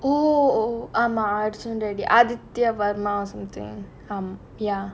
oh ஆமா:aamaa arjun reddy Adithya Varma varma something